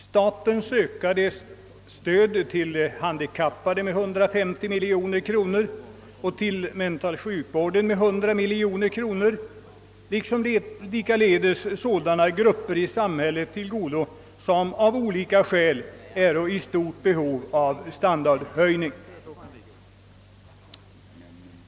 Statens öka de stöd till:handikappade med 150 miljoner :kronor, till mentalsjukvården med 100: miljoner kronor liksom även det ökade stödet till andra grupper som av olika skäl är i behov av standardhöjning är också tillfredsställande.